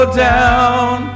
down